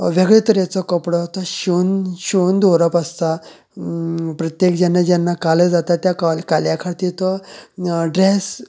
वेगळे तरेचो कपडो तो शिवुन शिवून दवरप आसता प्रत्येक जेन्ना जेन्ना कालो जाता तेन्ना त्या काल्या खातीर तो ड्रेस